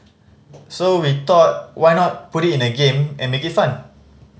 so we thought why not put it in a game and make it fun